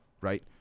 right